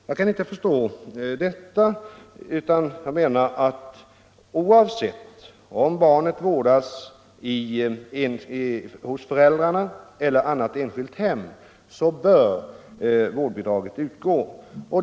Jag kan inte förstå denna ordning. Oavsett om barnet vårdas hos föräldrarna eller i annat enskilt hem bör naturligtvis vårdbidrag utgå.